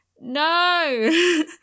No